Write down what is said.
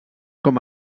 com